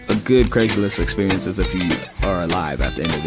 a good craig's list experience is if you are alive at the